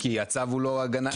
כי הצו הוא לא צו הגנה הדדי.